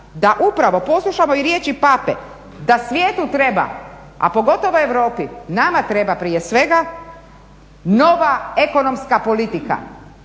da upravo poslušamo i riječi Pape, da svijetu treba, a pogotovo Europi, nama treba prije svega nova ekonomska politika,